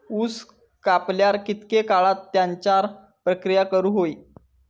ऊस कापल्यार कितके काळात त्याच्यार प्रक्रिया करू होई?